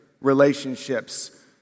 relationships